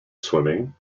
swimming